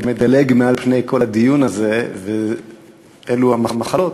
שמדלג מעל פני כל הדיון הזה, ואלו המחלות.